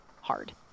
hard